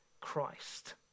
Christ